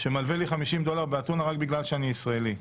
שמלווה לי 50 דולר באתונה, רק בגלל שאני ישראלי.